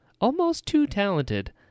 almost-too-talented